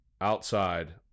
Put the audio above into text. outside